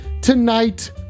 tonight